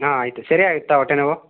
ಹಾಂ ಆಯಿತು ಸರಿ ಆಗುತ್ತಾ ಹೊಟ್ಟೆನೋವು